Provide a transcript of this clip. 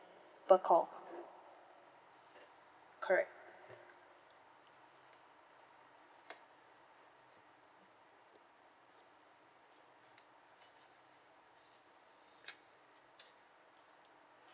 per call correct